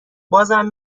بازم